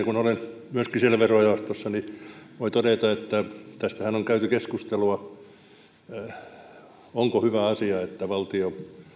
kun olen myöskin siellä verojaostossa voin todeta että tästähän on käyty keskustelua onko hyvä asia että valtio